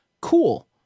cool